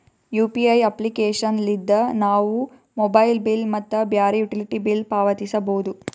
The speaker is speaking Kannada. ಯು.ಪಿ.ಐ ಅಪ್ಲಿಕೇಶನ್ ಲಿದ್ದ ನಾವು ಮೊಬೈಲ್ ಬಿಲ್ ಮತ್ತು ಬ್ಯಾರೆ ಯುಟಿಲಿಟಿ ಬಿಲ್ ಪಾವತಿಸಬೋದು